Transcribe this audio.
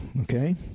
okay